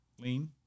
Lean